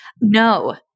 No